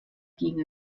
ging